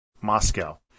Moscow